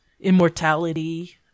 immortality